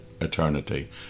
eternity